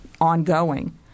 ongoing